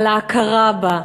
על ההכרה בה,